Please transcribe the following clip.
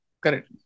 correct